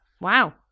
Wow